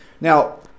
Now